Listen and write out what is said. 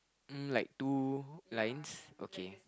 mm like two lines okay